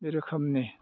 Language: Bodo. बे रोखोमनि